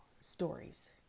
stories